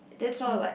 that's all what